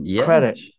credit